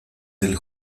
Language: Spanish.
del